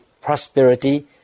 prosperity